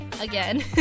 again